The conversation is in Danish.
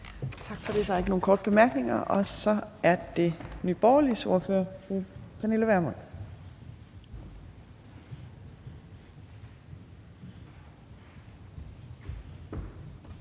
Tak for det. Der er ikke nogen korte bemærkninger. Så er det Nye Borgerliges ordfører, fru Pernille Vermund.